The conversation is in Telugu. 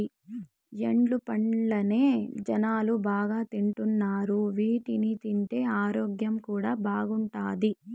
ఎండు పండ్లనే జనాలు బాగా తింటున్నారు వీటిని తింటే ఆరోగ్యం కూడా బాగుంటాది